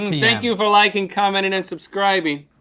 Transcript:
thank you for liking, commenting and subscribing.